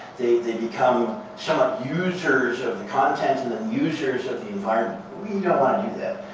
they become somewhat users of the content and then users of the environment. we don't want to do that.